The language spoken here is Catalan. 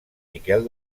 miquel